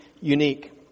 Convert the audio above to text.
unique